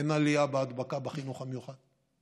אין עלייה בהדבקה בחינוך המיוחד.